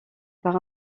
par